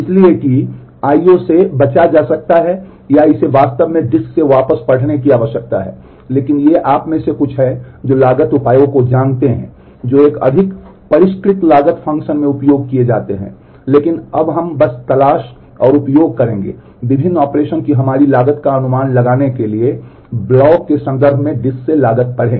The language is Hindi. इसलिए कि I O से बचा जा सकता है या इसे वास्तव में डिस्क से वापस पढ़ने की आवश्यकता है लेकिन ये आप में से कुछ हैं जो लागत उपायों को जानते हैं जो एक अधिक परिष्कृत लागत फ़ंक्शन में उपयोग किए जाते हैं लेकिन हम बस तलाश और उपयोग करेंगे विभिन्न ऑपरेशन की हमारी लागत का अनुमान लगाने के लिए ब्लॉक के संदर्भ में डिस्क से लागत पढ़ें